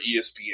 ESPN